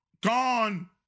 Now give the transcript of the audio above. gone